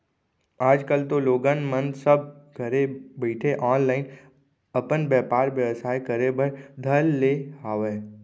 आज कल तो लोगन मन सब घरे बइठे ऑनलाईन अपन बेपार बेवसाय करे बर धर ले हावय